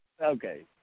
Okay